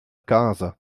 casa